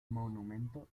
monumento